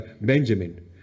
Benjamin